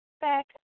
Back